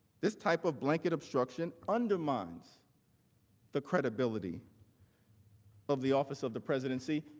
this type of blanket obstruction undermines the credibility of the office of the presidency,